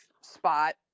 spot